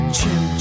Chim